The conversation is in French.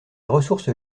ressources